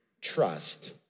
trust